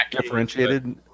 differentiated